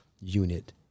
unit